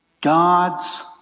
God's